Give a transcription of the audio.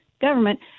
government